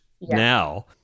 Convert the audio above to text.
now